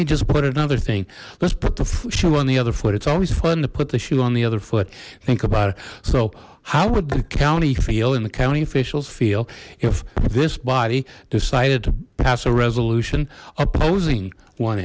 me just put another thing let's put the shoe on the other foot it's always fun to put the shoe on the other foot think about it so how would the county feel in the county officials feel if this body decided to pass a resolution opposing one